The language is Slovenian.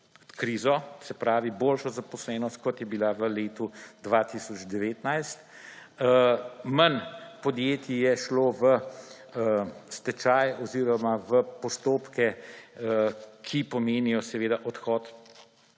krizo, to se pravi, boljšo zaposlenost, kot je bila v letu 2019. Manj podjetij je šlo v stečaje oziroma v postopke, ki pomenijo seveda odhod